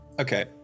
Okay